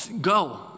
Go